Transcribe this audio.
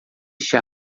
este